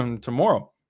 tomorrow